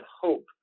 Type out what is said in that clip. hope